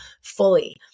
fully